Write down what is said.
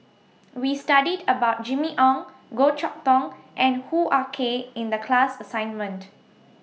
We studied about Jimmy Ong Goh Chok Tong and Hoo Ah Kay in The class assignment